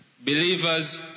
believers